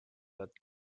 that